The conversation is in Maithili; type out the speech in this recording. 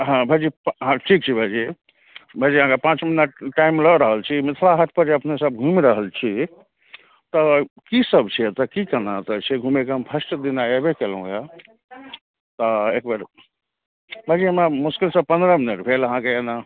हँ भायजी हँ ठीक छै भायजी भायजी अहाँके पाँच मिनट टाइम लए रहल छी मिथिला हाटपर जे अपने सब घुमि रहल छी तऽ की सब छै एतऽ की केना एतय छै घुमयके हम फर्स्ट दिना एबे कयलहुँ हँ तऽ एक बेर भायजी हमरा मुश्किलसँ पन्द्रह मिनट भेल अहाँके एना